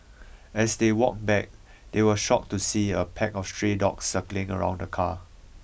as they walked back they were shocked to see a pack of stray dogs circling around the car